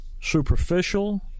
superficial